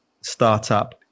startup